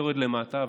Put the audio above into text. יורד למטה,